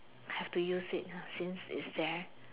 have to use it uh since it's there